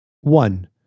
One